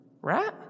right